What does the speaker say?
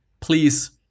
please